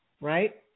right